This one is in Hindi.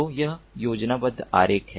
तो यह योजनाबद्ध आरेख है